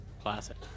Classic